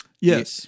Yes